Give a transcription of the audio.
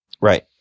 Right